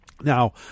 Now